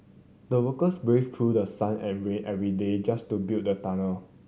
the workers braved through the sun every every day just to build the tunnel